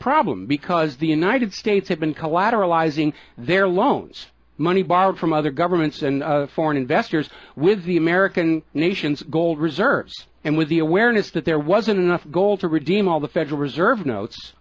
problem because the united states had been collateralize ing their loans money borrowed from other governments and foreign investors with the american nation's gold reserves and with the awareness that there wasn't enough gold to redeem all the federal reserve notes